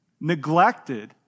Neglected